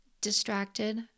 distracted